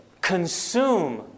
consume